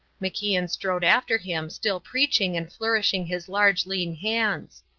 macian strode after him still preaching and flourishing his large, lean hands.